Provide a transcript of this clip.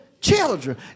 children